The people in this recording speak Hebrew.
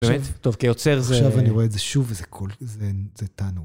באמת? טוב, כיוצר זה... עכשיו אני רואה את זה שוב וזה כל... זה טענות